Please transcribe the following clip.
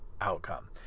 outcome